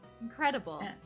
Incredible